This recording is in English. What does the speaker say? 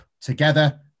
together